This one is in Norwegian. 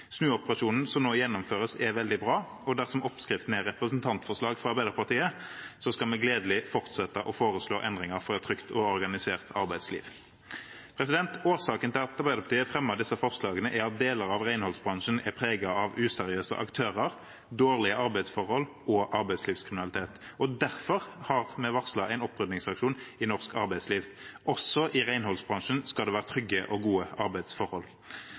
Snuoperasjonen som nå gjennomføres, er veldig bra, og dersom oppskriften er representantforslag fra Arbeiderpartiet, skal vi gledelig fortsette med å foreslå endringer for et trygt og organisert arbeidsliv. Årsaken til at Arbeiderpartiet fremmet disse forslagene, er at deler av renholdsbransjen er preget av useriøse aktører, dårlige arbeidsforhold og arbeidslivskriminalitet. Derfor har vi varslet en opprydningsaksjon i norsk arbeidsliv. Også i renholdsbransjen skal det være trygge og gode arbeidsforhold.